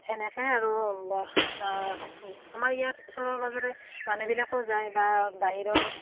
সেনেকৈ আৰু আমাৰ ইয়াত ওচৰৰ মাজতে মানুহবিলাকো যায় বা বাহিৰৰ